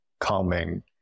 calming